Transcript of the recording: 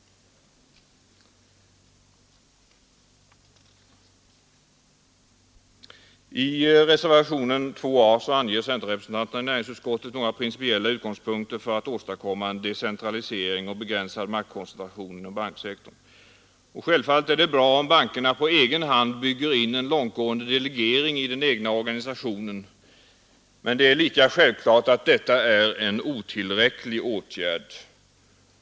I reservationen 2a anger centerrepresentanterna i näringsutskottet några principiella utgångspunkter för att åstadkomma en decentralisering och begränsad maktkoncentration inom banksektorn. Självfallet är det bra om bankerna på egen hand bygger in en långtgående delegering i den egna organisationen, men det är lika klart att detta är en otillräcklig åtgärd.